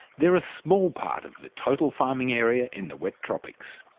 they're a small part of the total farming area in the wet tropics.